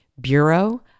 Bureau